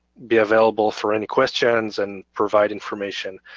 be available for any questions and provide information.